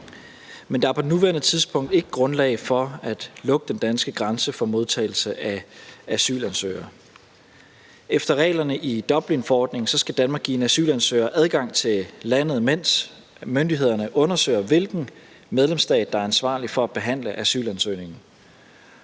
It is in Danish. men der er på nuværende tidspunkt ikke grundlag for at lukke den danske grænse for modtagelse af asylansøgere. Efter reglerne i Dublinforordningen skal Danmark give asylansøgere adgang til landet, mens myndighederne undersøger, hvilken medlemsstat der er ansvarlig for at behandle asylansøgningen.